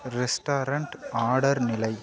restaurant order நிலை